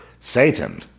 Satan